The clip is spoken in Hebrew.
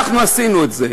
אנחנו עשינו את זה,